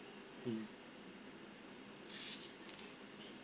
mm